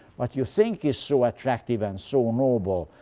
like you think is so attractive and so noble.